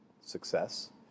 success